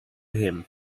him